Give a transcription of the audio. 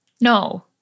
No